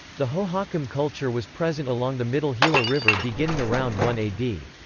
the hohokam culture was present along the middle gila river beginning around one a d.